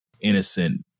innocent